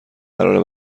قراره